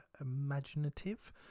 imaginative